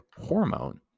hormone